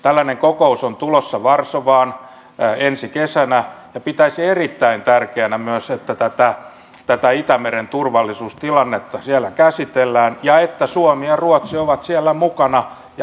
tällainen kokous on tulossa varsovaan ensi kesänä ja pitäisin erittäin tärkeänä myös sitä että tätä itämeren turvallisuustilannetta siellä käsitellään ja että suomi ja ruotsi ovat siellä mukana ja vaikuttamassa